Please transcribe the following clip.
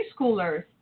preschoolers